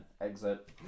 exit